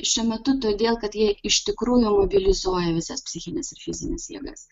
šiuo metu todėl kad jie iš tikrųjų mobilizuoja visas psichines ir fizines jėgas